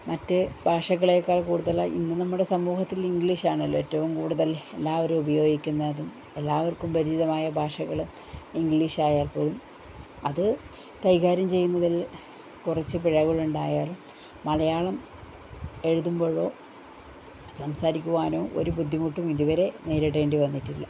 മറ്റ് ഭാഷകളേക്കാൾ കൂടുതലായി ഇന്ന് നമ്മുടെ സമൂഹത്തിൽ ഇംഗ്ലീഷ് ആണല്ലോ ഏറ്റവും കൂടുതൽ എല്ലാവരും ഉപയോഗിക്കുന്നതും എല്ലാവർക്കും പരിചിതമായ ഭാഷകളും ഇംഗ്ലീഷ് ആയാൽ പോലും അത് കൈ കാര്യം ചെയ്യുന്നതിൽ കുറച്ച് പിഴകളുണ്ടായാൽ മലയാളം എഴുതുമ്പോഴോ സംസാരിക്കുവാനോ ഒരു ബുദ്ധിമുട്ടും ഇത് വരെ നേരിടേണ്ടി വന്നട്ടില്ല